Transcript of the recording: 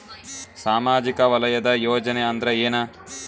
ಸಾಮಾಜಿಕ ವಲಯದ ಯೋಜನೆ ಅಂದ್ರ ಏನ?